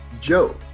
joe